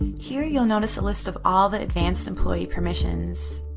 here you'll notice a list of all the advanced employee permissions.